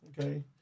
okay